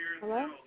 Hello